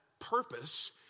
purpose